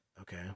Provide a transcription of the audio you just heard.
Okay